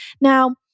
Now